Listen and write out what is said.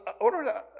order